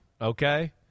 okay